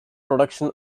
production